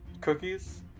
cookies